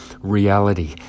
reality